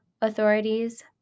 authorities